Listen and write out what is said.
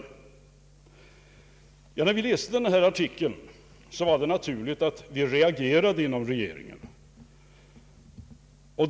När vi inom regeringen läste denna artikel var det naturligt att vi reagerade.